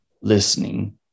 listening